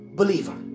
believer